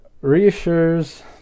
reassures